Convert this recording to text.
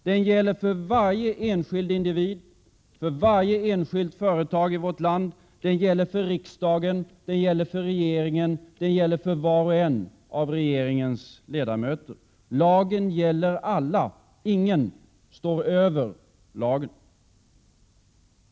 Den gäller för varje enskild individ och för varje enskilt företag i vårt land. Den gäller för riksdagen, och den gäller för regeringen — och den gäller för var och en av regeringens ledamöter. Lagen gäller alla. Ingen står över lagen.